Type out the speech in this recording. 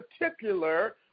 particular